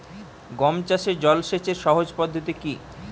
গম চাষে জল সেচের সহজ পদ্ধতি কি?